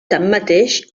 tanmateix